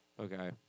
Okay